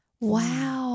Wow